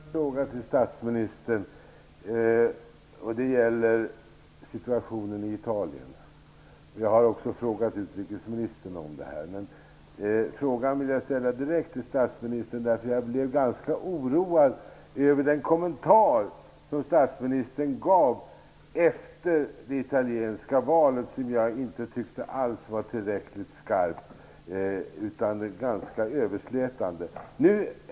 Fru talman! Jag vill ställa en fråga till statsministern. Den gäller situationen i Italien. Jag har också frågat utrikesministern om det här, men jag vill ställa frågan direkt till statsministern eftersom jag blev ganska oroad över den kommentar som statsministern gav efter det italienska valet. Jag tyckte inte att den var tillräckligt skarp utan ganska överslätande.